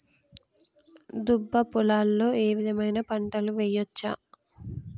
దుబ్బ పొలాల్లో ఏ విధమైన పంటలు వేయచ్చా?